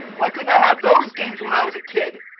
why couldn't i have those games when i was a kid?